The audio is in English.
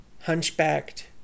hunchbacked